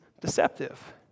deceptive